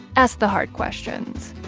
ask the hard questions.